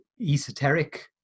esoteric